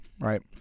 right